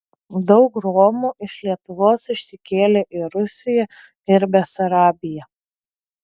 daug romų iš lietuvos išsikėlė į rusiją ir besarabiją